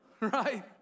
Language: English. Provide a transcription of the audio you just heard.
right